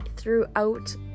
Throughout